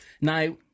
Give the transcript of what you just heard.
Now